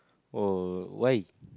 oh why